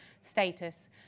status